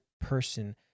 person